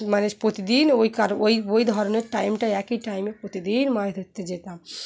মানে প্রতিদিন ওই কার ওই ওই ধরনের টাইমটা একই টাইমে প্রতিদিন মাছ ধরতে যেতাম